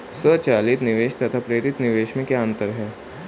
स्वचालित निवेश तथा प्रेरित निवेश में क्या अंतर है?